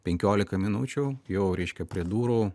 penkiolika minučių jau reiškia prie durų